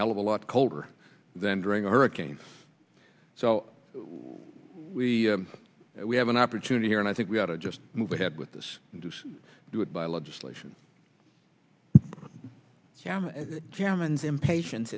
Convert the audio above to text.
hell of a lot colder than during hurricanes so we we have an opportunity here and i think we ought to just move ahead with this do it by legislation germans impatien